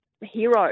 hero